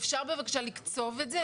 אפשר בבקשה לקצוב את זה בזמן?